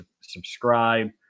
subscribe